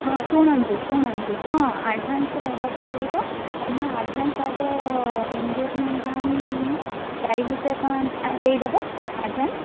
ହଁ ଶୁଣନ୍ତୁ ଶୁଣନ୍ତୁ ହଁ ଆଡ଼୍ଭାନ୍ସ୍ ଦେବାକୁ ପଡ଼ିବ ତମେ ଆଡ଼୍ଭାନ୍ସ୍ ଆଗ ଏନ୍ଗେଜ୍ମେଣ୍ଟ୍ ପାଇଁ ଚାରି ହଜାର ଟଙ୍କା ଦେଇଦେବ ଆଡ଼୍ଭାନ୍ସ୍